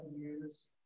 years